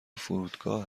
فرودگاه